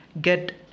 get